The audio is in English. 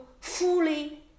fully